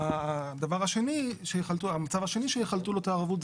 המצב השני שיחלטו לו את הערבות,